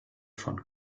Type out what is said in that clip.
von